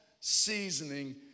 seasoning